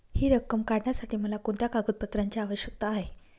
हि रक्कम काढण्यासाठी मला कोणत्या कागदपत्रांची आवश्यकता आहे?